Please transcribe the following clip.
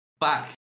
back